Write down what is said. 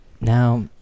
now